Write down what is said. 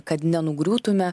kad nenugriūtume